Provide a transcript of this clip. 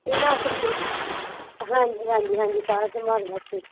ਇਹਨਾਂ ਸਬਜ਼ੀਆਂ ਹਾਂਜੀ ਹਾਂਜੀ ਹਾਂਜੀ ਸਾਰਾ ਸੰਭਾਲਣ ਵਾਸਤੇ